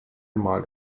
mal